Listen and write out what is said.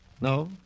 No